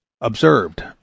Observed